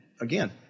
again